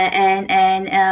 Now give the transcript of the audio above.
and and and uh